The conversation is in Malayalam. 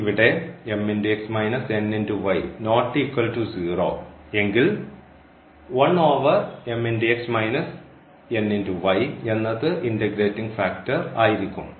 ഇവിടെ എങ്കിൽ എന്നത് ഇൻറഗ്രേറ്റിംഗ് ഫാക്ടർ ആയിരിക്കും